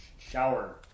Shower